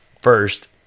first